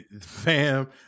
Fam